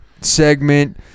segment